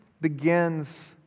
begins